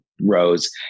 rows